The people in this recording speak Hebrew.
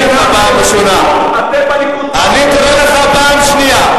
אני קורא לך פעם ראשונה.